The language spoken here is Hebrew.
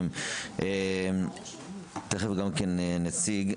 תכף גם כן נציג,